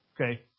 okay